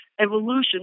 evolution